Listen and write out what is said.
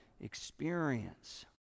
experience